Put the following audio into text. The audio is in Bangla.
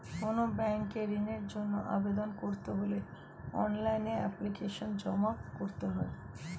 কোনো ব্যাংকে ঋণের জন্য আবেদন করতে হলে অনলাইনে এপ্লিকেশন জমা করতে হয়